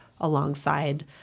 alongside